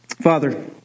Father